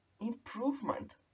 improvement